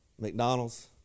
McDonald's